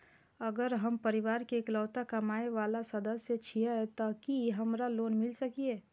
अगर हम परिवार के इकलौता कमाय वाला सदस्य छियै त की हमरा लोन मिल सकीए?